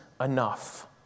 enough